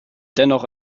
dennoch